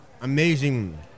amazing